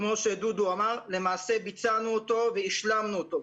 שכמו שדודו אמר, למעשה, ביצענו אותו והשלמנו אותו.